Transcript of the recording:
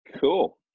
Cool